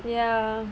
ya